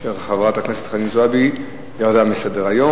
של חברת הכנסת חנין זועבי, ירדה מסדר-היום.